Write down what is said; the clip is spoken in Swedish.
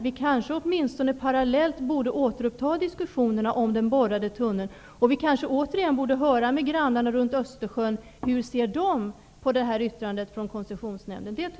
Vi kanske åtminstone borde parallellt återuppta diskussionerna om den borrade tunneln. Vi kanske återigen borde höra med grannarna runt Östersjön om hur de ser på Koncessionsnämndens yttrande.